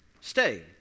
Stay